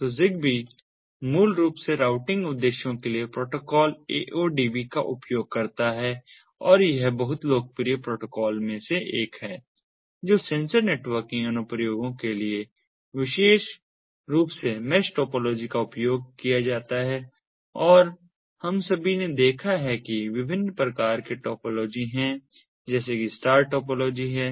तो ZigBee मूल रूप से राउटिंग उद्देश्यों के लिए प्रोटोकॉल AODV का उपयोग करता है और यह बहुत लोकप्रिय प्रोटोकॉल में से एक है जो सेंसर नेटवर्किंग अनुप्रयोगों के लिए विशेष रूप से मैश टोपोलॉजी का उपयोग किया जाता है और हम सभी ने देखा है कि विभिन्न प्रकार के टोपोलॉजी हैं जैसे कि स्टार टोपोलॉजी हैं